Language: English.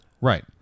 Right